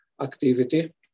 activity